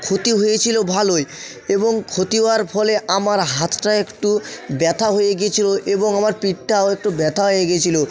ক্ষতি হয়েছিল ভালোই এবং ক্ষতি হওয়ার ফলে আমার হাতটা একটু ব্যথা হয়ে গিয়েছিল এবং আমার পিঠটাও একটু ব্যথা হয়ে গিয়েছিল